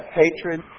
hatred